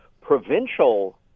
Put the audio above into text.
provincial